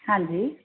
ਹਾਂਜੀ